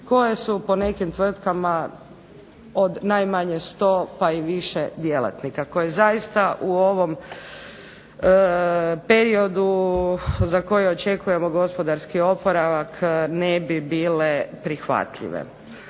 koje su po nekim tvrtkama od najmanje 100 pa i više djelatnika, koji zaista u ovom periodu za koji očekujemo gospodarski oporavak ne bi bile prihvatljive.